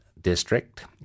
District